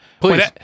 Please